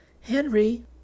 Henry